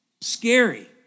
scary